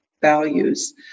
values